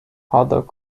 although